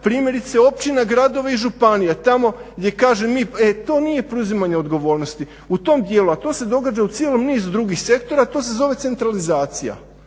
primjerice općina, gradova i županija tamo gdje kaže mi e to nije preuzimanje odgovornosti u tom dijelu. A to se događa u cijelom niz drugih sektora, to se zove centralizacija.